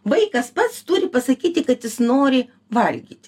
vaikas pats turi pasakyti kad jis nori valgyt